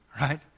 right